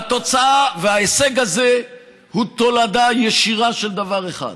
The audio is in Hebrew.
וההישג הזה הוא תולדה ישירה של דבר אחד: